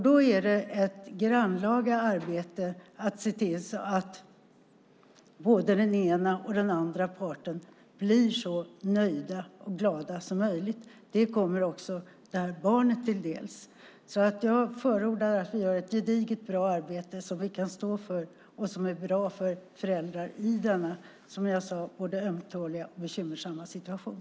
Då är det ett grannlaga arbete att se till att både den ena och den andra parten blir så nöjd och glad som möjligt. Det kommer också barnet till del. Jag förordar att vi gör ett gediget bra arbete som vi kan stå för och som är bra för föräldrar i denna, som jag sade, både ömtåliga och bekymmersamma situation.